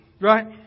right